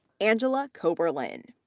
angela koeberlein,